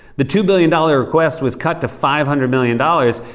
the two billion dollars request was cut to five hundred million dollars,